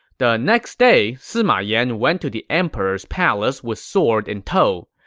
the next day, sima yan went to the emperor's palace with sword in tow.